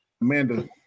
amanda